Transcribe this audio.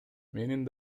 менин